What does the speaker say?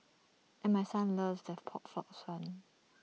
and my son loves their pork floss